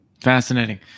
fascinating